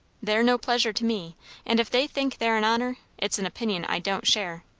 they're no pleasure to me and if they think they're an honour, it's an opinion i don't share.